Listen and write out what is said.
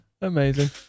Amazing